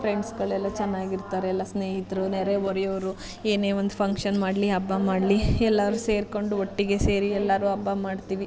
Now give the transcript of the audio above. ಫ್ರೆಂಡ್ಸುಗಳೆಲ್ಲ ಚೆನ್ನಾಗಿರ್ತಾರೆ ಎಲ್ಲ ಸ್ನೇಹಿತರು ನೆರೆ ಹೊರೆಯವರು ಏನೇ ಒಂದು ಫಂಕ್ಷನ್ ಮಾಡಲೀ ಹಬ್ಬ ಮಾಡಲೀ ಎಲ್ಲರೂ ಸೇರಿಕೊಂಡು ಒಟ್ಟಿಗೆ ಸೇರಿ ಎಲ್ಲರೂ ಹಬ್ಬ ಮಾಡ್ತೀವಿ